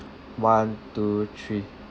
one two three